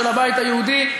של הבית היהודי,